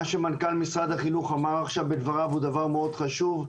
מה שמנכ"ל משרד החינוך אמר עכשיו בדבריו זה דבר מאוד חשוב,